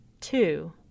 Two